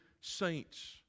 saints